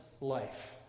life